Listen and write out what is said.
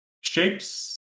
shapes